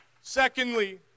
Secondly